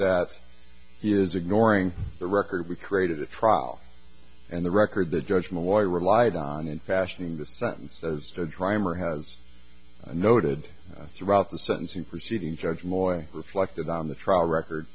that he is ignoring the record we created a trial and the record the judgment lawyer relied on in fashioning the sentence as a drummer has noted throughout the sentencing proceeding judge lloyd reflected on the trial record